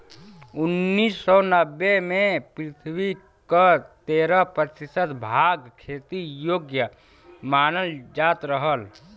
उन्नीस सौ नब्बे में पृथ्वी क तेरह प्रतिशत भाग खेती योग्य मानल जात रहल